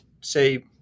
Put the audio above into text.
say